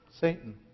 Satan